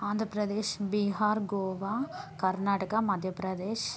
Andhra Pradesh Bihar Goa Karnataka Madhya Pradesh